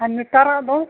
ᱟᱨ ᱱᱮᱛᱟᱨᱟᱜ ᱫᱚ